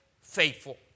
faithful